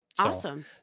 Awesome